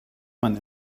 man